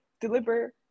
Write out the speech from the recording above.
deliver